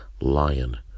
lion